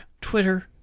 Twitter